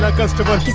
um customer.